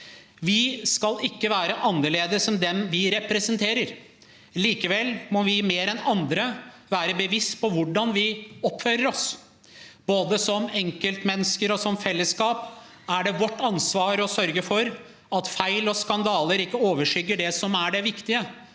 Vi skal ikke være annerledes enn dem vi representerer. Likevel må vi, mer enn andre, være bevisste på hvordan vi oppfører oss. Både som enkeltmennesker og som fellesskap er det vårt ansvar å sørge for at feil og skandaler ikke overskygger det som er det viktige: